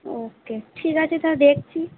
ও কে ঠিক আছে স্যার দেখছি